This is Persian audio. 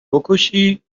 بکشی